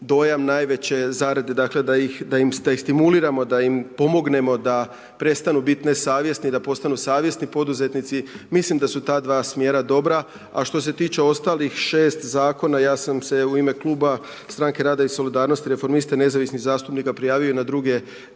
dojam najveće zarade, da ih stimuliramo, da im pomognemo da prestanu biti nesavjesni, da postanu savjesni poduzetnici, mislim da su ta dva smjera dobra. A što se tiče ostalih 6 zakona, ja sam se u ime kluba stranke rada i solidarnosti, reformista i nezavisnih zastupnika prijavio i na druga